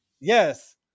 Yes